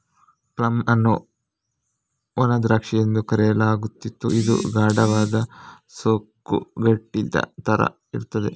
plum ಅನ್ನು ಒಣ ದ್ರಾಕ್ಷಿ ಎಂದು ಕರೆಯಲಾಗುತ್ತಿದ್ದು ಇದು ಗಾಢವಾದ, ಸುಕ್ಕುಗಟ್ಟಿದ ತರ ಇರ್ತದೆ